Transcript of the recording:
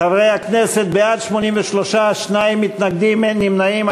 חברי הכנסת, בעד, 83, שניים מתנגדים, אין נמנעים.